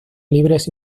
libres